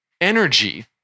Energy